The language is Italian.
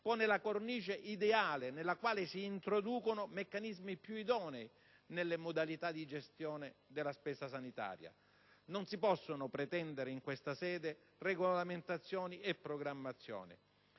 pone la cornice ideale nella quale si introducono meccanismi più idonei nelle modalità di gestione della spesa sanitaria. Non si possono pretendere in questa sede regolamentazioni e programmazioni.